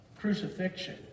crucifixion